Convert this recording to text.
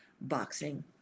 boxing